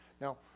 Now